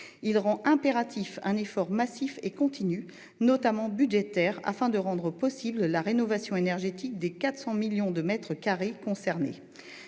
Il rend impératif un effort massif et continu, notamment budgétaire, afin de rendre possible la rénovation énergétique des 400 millions de mètres carrés concernés.